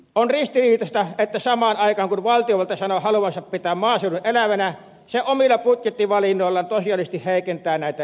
on ristiriitaista että samaan aikaan kun valtiovalta sanoo haluavansa pitää maaseudun elävänä se omilla budjettivalinnoillaan tosiasiallisesti heikentää näitä edellytyksiä